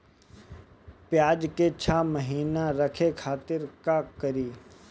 प्याज के छह महीना रखे खातिर का करी?